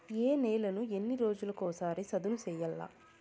ఏ నేలను ఎన్ని రోజులకొక సారి సదును చేయల్ల?